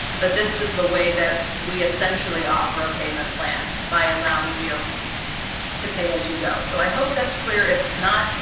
but this is way that we essentially offer a payment plan, by allowing you to pay as you go. so i hope that's clear. if it's not,